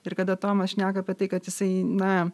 ir kada tomas šnekas apie tai kad jisai na